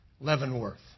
Leavenworth